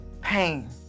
Pain